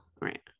Right